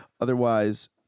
Otherwise